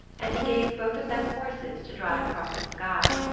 and he gave both of them horses to drive across the sky.